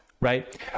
right